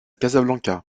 casablanca